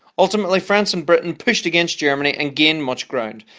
ultimately, france and britain pushed against germany and gained much ground.